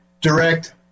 direct